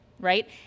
right